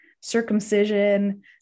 circumcision